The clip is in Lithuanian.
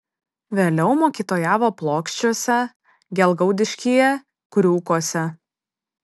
vėliau mokytojavo plokščiuose gelgaudiškyje kriūkuose